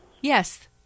Yes